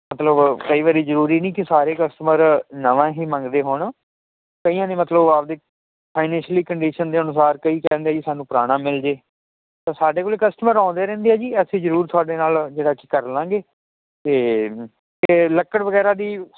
ਮਤਲਬ ਕਈ ਵਰੀ ਜਰੂਰੀ ਨੀ ਕਿ ਸਾਰੇ ਕਸਟਮਰ ਨਵਾਂ ਹੀ ਮੰਗਦੇ ਹੋਣ ਕਈਆਂ ਦੀ ਮਤਲਬ ਆਪਦੀ ਫਾਈਨੈਸ਼ੀਅਲੀ ਕੰਡੀਸ਼ਨ ਦੇ ਅਨੁਸਾਰ ਕਈ ਕਹਿ ਦਿੰਦੇ ਜੀ ਸਾਨੂੰ ਪੁਰਾਣਾ ਮਿਲਜੇ ਸਾਡੇ ਕੋਲ ਕਸਟਮਰ ਆਉਂਦੇ ਰਹਿੰਦੇ ਐ ਜੀ ਅਸੀਂ ਜਰੂਰ ਥੁਆਡੇ ਨਾਲ ਜਿਹੜਾ ਕੀ ਕਰਲਾਂਗੇ ਤੇ ਤੇ ਲੱਕੜ ਵਗੈਰਾ ਦੀ